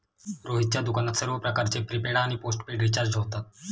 रोहितच्या दुकानात सर्व प्रकारचे प्रीपेड आणि पोस्टपेड रिचार्ज होतात